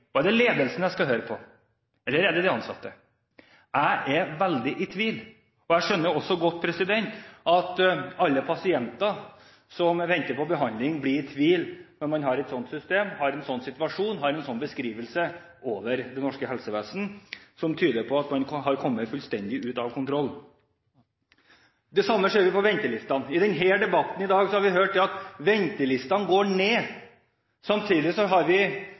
det ledelsen jeg skal høre på, eller er det de ansatte? Jeg er veldig i tvil, og jeg skjønner også godt at alle pasienter som venter på behandling, blir i tvil når man har et sånt system, en sånn situasjon og får en sånn beskrivelse av det norske helsevesen – som tyder på at man har kommet fullstendig ut av kontroll. Det samme ser vi på ventelistene. I debatten i dag har vi hørt at ventelistene går ned. Samtidig registrerer vi